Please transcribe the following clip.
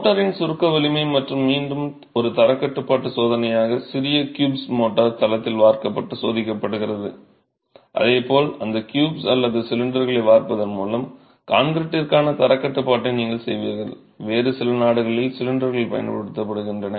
மோர்டாரின் சுருக்க வலிமை மற்றும் மீண்டும் ஒரு தரக் கட்டுப்பாட்டு சோதனையாக சிறிய க்யூப்ஸ் மோர்டார் தளத்தில் வார்க்கப்பட்டு சோதிக்கப்படுகிறது அதே போல் அந்த க்யூப்ஸ் அல்லது சிலிண்டர்களை வார்ப்பதன் மூலம் கான்க்ரீடிங்கிற்கான தரக் கட்டுப்பாட்டை நீங்கள் செய்வீர்கள் வேறு சில நாடுகளில் சிலிண்டர்கள் பயன்படுத்தபடுகின்றன